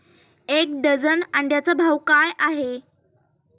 एक डझन अंड्यांचा भाव काय आहे?